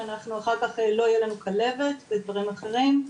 שאנחנו אחר כך לא יהיה לנו כלבת ודברים אחרים,